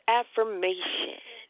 affirmation